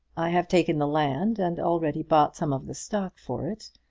i have taken the land, and already bought some of the stock for it,